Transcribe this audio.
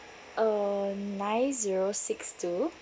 uh nine zero six two